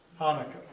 Hanukkah